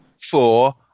four